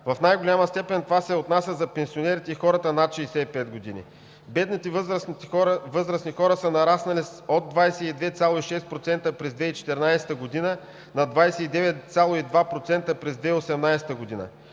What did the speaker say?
В най-голяма степен това се отнася за пенсионерите и хората над 65 години. Бедните възрастни хора са нараснали от 22,6% през 2014 г. на 29,2% през 2018 г.